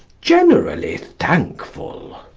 generally thankful.